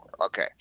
Okay